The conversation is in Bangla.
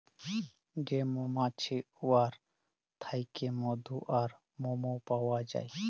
যে মমাছি উয়ার থ্যাইকে মধু আর মমও পাউয়া যায়